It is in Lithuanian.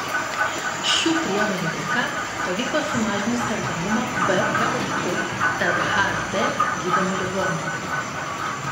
šių priemonių dėka pavyko sumažinti sergamumą b hepatitu tarp hd gydomų ligonių